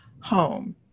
home